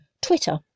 twitter